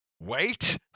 wait